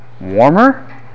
warmer